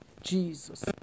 Jesus